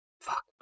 Fuck